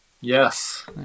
Yes